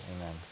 amen